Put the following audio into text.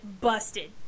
busted